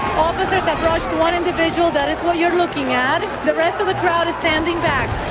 officers have rushed one individual. that is what you're looking at. the rest of the crowd is standing back.